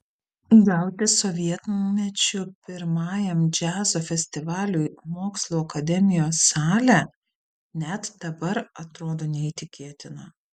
gauti sovietmečiu pirmajam džiazo festivaliui mokslų akademijos salę net dabar atrodo neįtikėtina